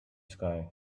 sky